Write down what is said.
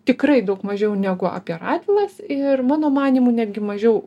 tikrai daug mažiau negu apie radvilas ir mano manymu netgi mažiau